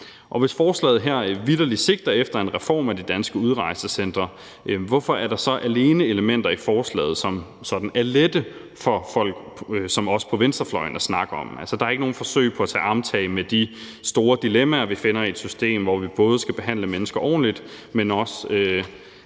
hvis forslaget her vitterlig sigter efter en reform af de danske udrejsecentre, hvorfor er der så alene elementer i forslaget, som er lette for folk som os på venstrefløjen at snakke om? Altså, der er ikke nogen forsøg på at tage livtag med de store dilemmaer, vi finder i et system, hvor vi både skal behandle mennesker ordentligt, men også